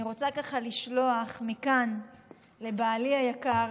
אני רוצה לשלוח מכאן לבעלי היקר